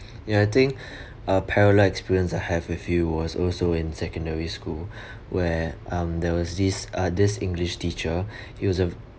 ya I think uh parallel experience I have with you was also in secondary school where um there was this uh this english teacher he was a